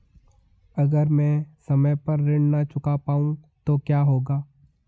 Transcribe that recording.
अगर म ैं समय पर ऋण न चुका पाउँ तो क्या होगा?